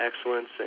excellence